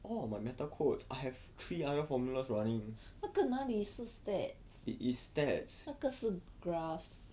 那个哪里是 stats 那个是 graphs